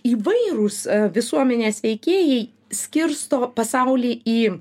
įvairūs visuomenės veikėjai skirsto pasaulį į